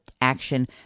action